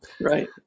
right